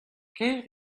ker